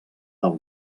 del